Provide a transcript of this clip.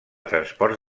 transport